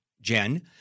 Jen